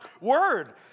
word